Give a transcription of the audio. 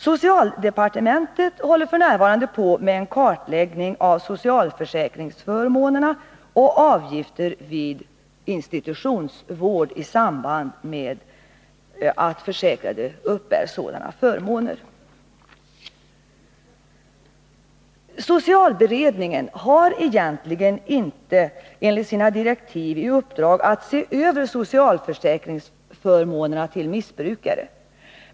Socialdepartementet håller f. n. på med en kartläggning av socialförsäkringsförmånerna och avgifter vid institutionsvård i samband med att försäkrade uppbär sådana förmåner. Socialberedningen har egentligen enligt sina direktiv inte i uppdrag att se över socialförsäkringsförmånerna till missbrukare.